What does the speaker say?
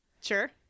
Sure